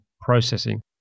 processing